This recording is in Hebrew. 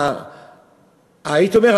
הייתי אומר,